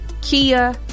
Kia